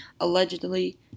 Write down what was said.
allegedly